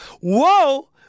Whoa